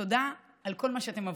תודה על כל מה שאתם עבורי.